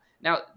Now